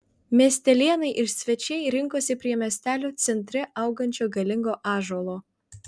miestelėnai ir svečiai rinkosi prie miestelio centre augančio galingo ąžuolo